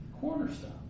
cornerstone